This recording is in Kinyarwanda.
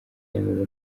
yemeza